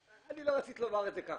אני לא רציתי לומר את זה כך.